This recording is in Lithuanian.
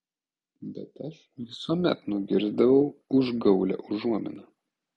bet aš visuomet nugirsdavau užgaulią užuominą